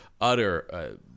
utter